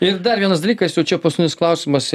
ir dar vienas dalykas jau čia paskutinis klausimas